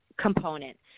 component